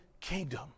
kingdom